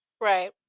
Right